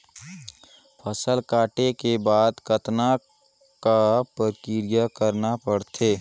फसल काटे के बाद कतना क प्रक्रिया करना पड़थे?